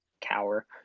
cower